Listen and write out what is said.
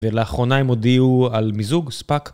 ולאחרונה הם הודיעו על מיזוג ספאק.